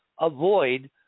avoid